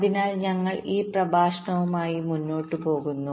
അതിനാൽ ഞങ്ങൾ ഈ പ്രഭാഷണവുമായി മുന്നോട്ട് പോകുന്നു